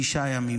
שישה ימים,